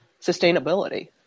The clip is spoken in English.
sustainability